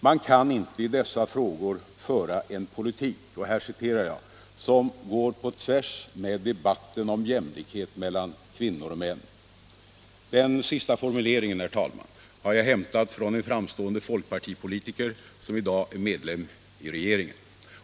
Man kan inte i dessa frågor föra en politik ”som går på tvärs med debatten om jämlikhet mellan kvinnor och män”. Denna formulering citerar jag från en framstående folkpartipolitiker som i dag är medlem i regeringen.